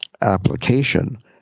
application